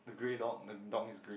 the grey dog the dog is grey